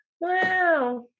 wow